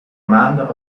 maanden